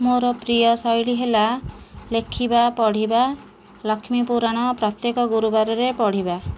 ମୋର ପ୍ରିୟ ଶୈଳୀ ହେଲା ଲେଖିବା ପଢ଼ିବା ଲକ୍ଷ୍ମୀପୁରାଣ ପ୍ରତ୍ୟେକ ଗୁରୁବାରରେ ପଢ଼ିବା